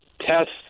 test